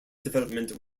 development